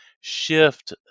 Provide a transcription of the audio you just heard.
shift